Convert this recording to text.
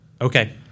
Okay